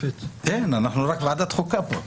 אין, אנחנו רק ועדת חוקה פה.